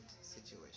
situation